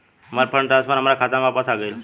हमार fund transfer हमार खाता में वापस आ गइल